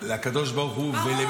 לקדוש ברוך הוא -- ברור,